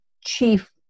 chief